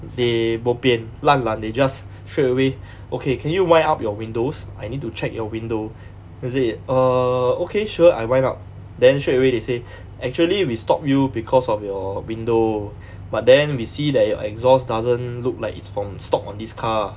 they bo pian lan lan they just straight away okay can you wind up your windows I need to check your window then I say err okay sure I wind up then straight away they say actually we stop you because of your window but then we see that your exhaust doesn't look like it's from stock on this car